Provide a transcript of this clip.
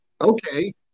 okay